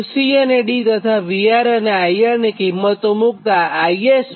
તો C અને D તથા VR અને IR ની કિંમત મુક્તાં IS0